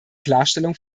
klarstellung